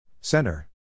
Center